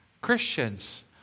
Christians